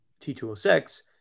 T206